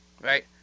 right